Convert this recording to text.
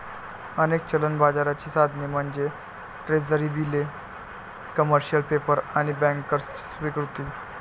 अनेक चलन बाजाराची साधने म्हणजे ट्रेझरी बिले, कमर्शियल पेपर आणि बँकर्सची स्वीकृती